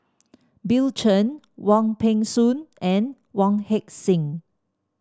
Bill Chen Wong Peng Soon and Wong Heck Sing